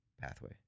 pathway